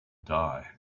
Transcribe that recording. die